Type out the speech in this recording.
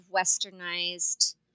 westernized